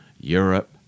Europe